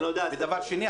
דבר שני,